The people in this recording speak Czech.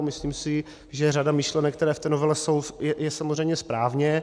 Myslím si, že řada myšlenek, které v té novele jsou, je samozřejmě správně.